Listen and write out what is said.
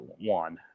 one